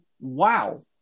wow